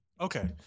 Okay